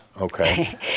Okay